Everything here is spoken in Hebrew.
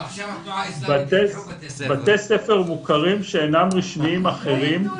בתי ספר מוכרים שאינם רשמיים, אחרים,